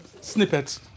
snippet